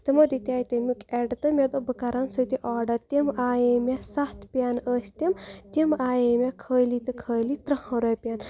تِمو دِتیٛاے تمیُک اٮ۪ڈ مےٚ دوٚپ بہٕ کَرَن سُہ تہِ آڈَر تِم آیے مےٚ سَتھ پٮ۪ن ٲسۍ تِم تِم آیے مےٚ خٲلی تہٕ خٲلی تٕرٛہَن رۄپیَن